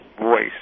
Voice